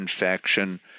infection